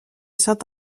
saint